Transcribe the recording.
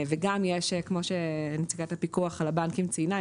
וכמו שנציגת הפיקוח על הבנקים ציינה,